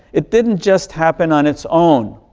it didn't just happen on its own,